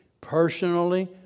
personally